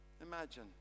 Imagine